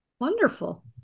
Wonderful